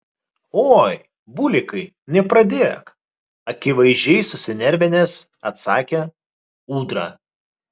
oi bulikai nepradėk akivaizdžiai susinervinęs atsakė ūdra